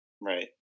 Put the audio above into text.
Right